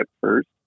first